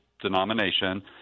denomination